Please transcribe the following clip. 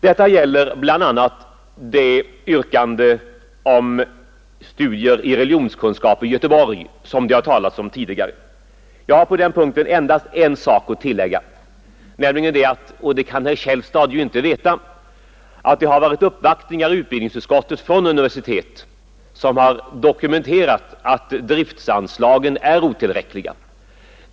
Detta gäller bl.a. det yrkande om studier i religionskunskap i Göteborg som det har talats om tidigare. Jag har på den punkten endast en sak att tillägga, nämligen — och det kan ju herr Källstad inte veta — att det har varit universitetsuppvaktningar i utbildningsutskottet som har dokumenterat att driftanslagen är otillräckliga.